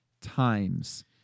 times